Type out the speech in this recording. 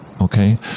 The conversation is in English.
Okay